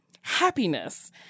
happiness